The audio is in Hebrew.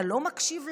אתה לא מקשיב להם?